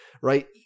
right